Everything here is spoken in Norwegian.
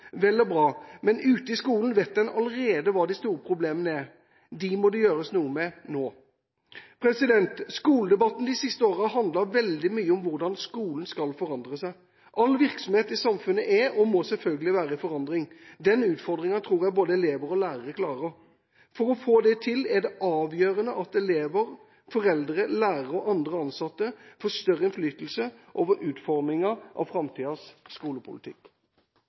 vel og bra, men ute i skolen vet en allerede hva de store problemene er. Dem må det gjøres noe med nå. Skoledebatten har i de siste årene handlet veldig mye om hvordan skolen skal forandre seg. All virksomhet i samfunnet er og må selvfølgelig være i forandring. Den utfordringa tror jeg både elever og lærere klarer. For å få det til er det avgjørende at elever, foreldre, lærere og andre ansatte får større innflytelse over utforminga av framtidas skolepolitikk.